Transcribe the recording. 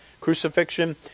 crucifixion